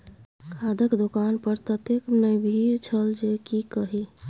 खादक दोकान पर ततेक ने भीड़ छल जे की कही